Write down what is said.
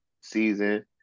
season